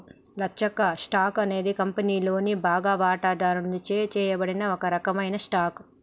లచ్చక్క, stock అనేది కంపెనీలోని బాగా వాటాదారుచే చేయబడిన ఒక రకమైన స్టాక్